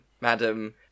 Madam